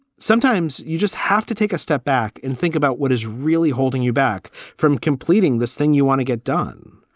sometimes you just have to take a step back and think about what is really holding you back from completing this thing you want to get done.